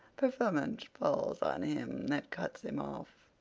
preferment falls on him that cuts him off.